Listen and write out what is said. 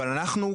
אבל אנחנו,